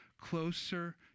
closer